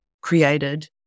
created